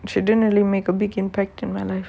and she didn't really make a big impact in my life